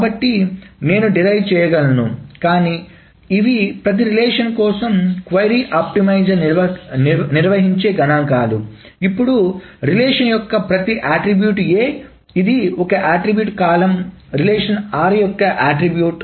కాబట్టి నేను ఉత్పన్నం చేయగలను కాని ఇవి ప్రతి రిలేషన్ కోసం క్వరీ ఆప్టిమైజర్ నిర్వహించే గణాంకాలు ఇప్పుడు రిలేషన్ యొక్క ప్రతి అట్ట్రిబ్యూట్ A ఇది ఒక అట్ట్రిబ్యూట్ కాలమ్ రిలేషన్ r యొక్క Aఅట్ట్రిబ్యూట్